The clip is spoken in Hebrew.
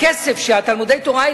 למשל ניקח את כספי תלמודי-התורה,